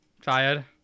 Tired